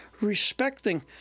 respecting